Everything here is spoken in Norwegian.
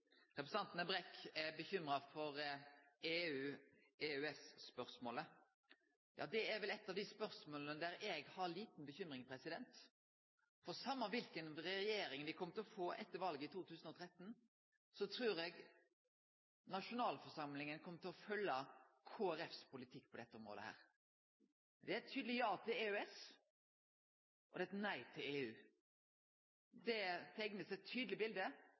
Representanten Brekk er bekymra for EU/EØS-spørsmålet. Ja, det er vel eit av dei spørsmåla der eg har lita bekymring, for same kva for regjering me kjem til å få etter valet i 2013, trur eg nasjonalforsamlinga kjem til å følgje Kristeleg Folkepartis politikk på dette området. Det er eit tydeleg ja til EØS, og det er eit nei til EU. Det blir teikna eit tydeleg